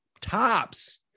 tops